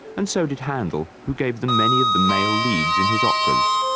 and so did handel, who gave them many of the male leads in his operas.